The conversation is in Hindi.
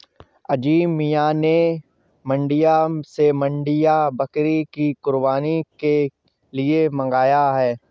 अजीम मियां ने मांड्या से मांड्या बकरी को कुर्बानी के लिए मंगाया है